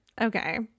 Okay